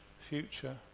future